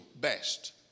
best